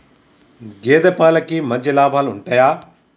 గేదే పాలకి మంచి లాభాలు ఉంటయా?